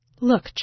Look